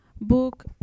book